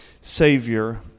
Savior